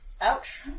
Ouch